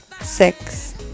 six